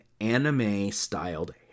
anime-styled